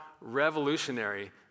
revolutionary